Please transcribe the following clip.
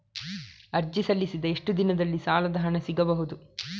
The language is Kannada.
ಅರ್ಜಿ ಸಲ್ಲಿಸಿದ ಎಷ್ಟು ದಿನದಲ್ಲಿ ಸಾಲದ ಹಣ ಸಿಗಬಹುದು?